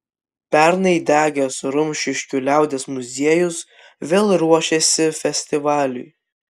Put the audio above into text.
pernai degęs rumšiškių liaudies muziejus vėl ruošiasi festivaliui